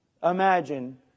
Imagine